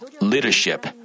leadership